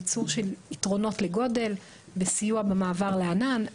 הקרובה ואת המדיניות שלו למעבר כלל המערכות שלו לענן.